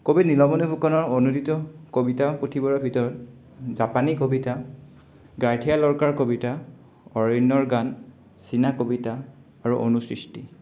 কবি নীলমণি ফুকনৰ অনুদিত কবিতা পুথিবোৰৰ ভিতৰত জাপানী কবিতা গাইঠিয়া লৰকাৰ কবিতা অৰণ্যৰ গান চীনা কবিতা আৰু অনুসৃষ্টি